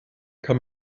kann